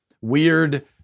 weird